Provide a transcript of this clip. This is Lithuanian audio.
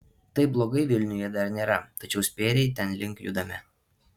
taip blogai vilniuje dar nėra tačiau spėriai tenlink judame